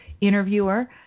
interviewer